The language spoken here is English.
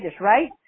right